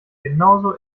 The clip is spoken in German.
genauso